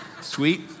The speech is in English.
sweet